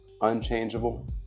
unchangeable